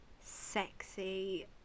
sexy